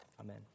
Amen